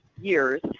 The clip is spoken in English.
years